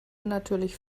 natürlich